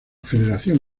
federación